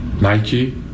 Nike